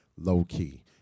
low-key